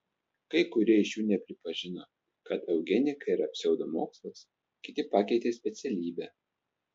kai kurie iš jų nepripažino kad eugenika yra pseudomokslas kiti pakeitė specialybę